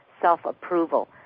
self-approval